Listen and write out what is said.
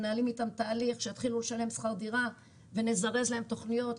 מנהלים איתם תהליך שיתחילו לשלם שכר דירה ונזרז להם תוכניות.